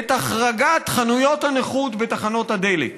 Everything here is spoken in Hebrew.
את החרגת חנויות הנוחות בתחנות הדלק.